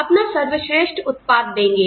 अपना सर्वश्रेष्ठ उत्पाद देंगे